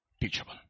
teachable